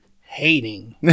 hating